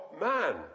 man